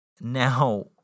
Now